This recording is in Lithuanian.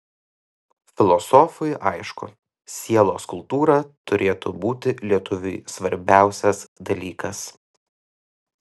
filosofui aišku sielos kultūra turėtų būti lietuviui svarbiausias dalykas